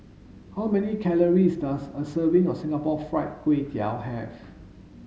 how many calories does a serving of Singapore Fried Kway Tiao have